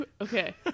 okay